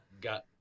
got